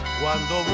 cuando